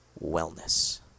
wellness